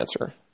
answer